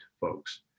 folks